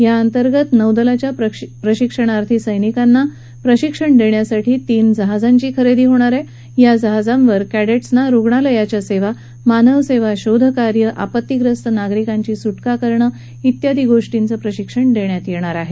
याअंतर्गत नौदलाच्या प्रशिक्षणाथी सैनिकांना प्रशिक्षण देण्यासाठी तीन जहाजांची खरेदी केली जाणार आहे या जहाजांवर कॅडेडसना रुग्णालयाच्या सेवा मानवसेवा शोध कार्य आपत्तीग्रस्त नागरिकांची सुटका करणं तसंच आपत्ती व्यवस्थापन याचं प्रशिक्षण दिलं जाणार आहे